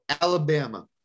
Alabama